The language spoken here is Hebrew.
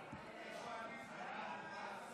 (הצבת יוצאי צבא במשטרת ישראל ובשירות בתי